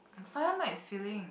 soya might filling